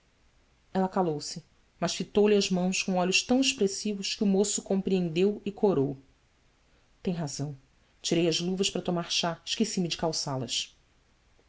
ela calou-se mas fitou lhe as mãos com olhos tão expressivos que o moço compreendeu e corou em razão tirei as luvas para tomar chá e esqueci-me de calçá las